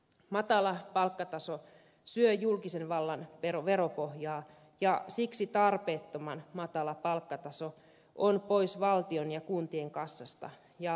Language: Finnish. matala palkkataso syö julkisen vallan veropohjaa ja siksi tarpeettoman matala palkkataso on pois valtion ja kuntien kassasta ja velanmaksukyvystä